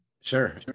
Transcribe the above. Sure